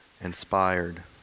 inspired